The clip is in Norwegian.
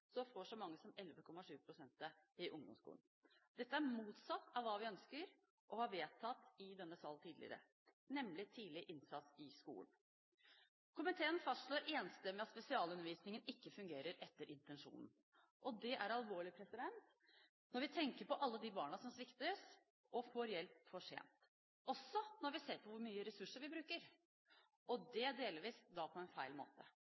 får så mange som 11,7 pst. det i ungdomsskolen. Dette er motsatt av hva vi ønsker og har vedtatt tidligere i denne sal, nemlig tidlig innsats i skolen. Komiteen fastslår enstemmig at spesialundervisningen ikke fungerer etter intensjonen. Det er alvorlig når vi tenker på alle de barna som sviktes, og som får hjelp for sent, men også når vi ser hvor mye ressurser vi bruker, og det delvis på en feil måte.